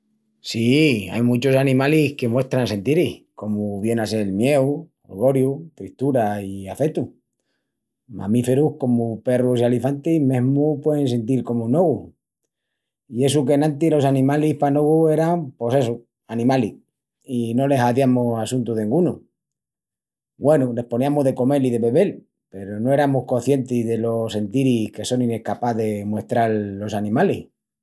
Sí, ain muchus animalis que muestran sentiris, comu vien a sel mieu, holgorìu, tristura i afetu. Mamìferus comu perrus i alifantis mesmu puein sentil comu nogu. I essu que enantis los animalis pa nogu eran, pos essu, animalis i no les haziamus assuntu dengunu. Güenu, les poniamus de comel i de bebel peru no eramus coscientis delos sentiris que sonin escapás de muestral los animalis.